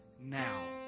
now